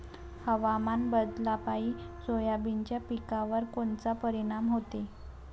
हवामान बदलापायी सोयाबीनच्या पिकावर कोनचा परिणाम होते?